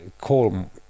call